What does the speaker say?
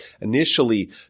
initially